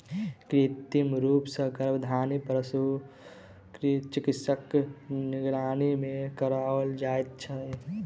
कृत्रिम रूप सॅ गर्भाधान पशु चिकित्सकक निगरानी मे कराओल जाइत छै